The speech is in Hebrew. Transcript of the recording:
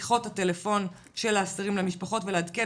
שיחות הטלפון של האסירים למשפחות ולעדכן